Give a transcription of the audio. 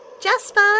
Jasper